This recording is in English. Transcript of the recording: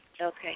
Okay